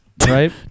right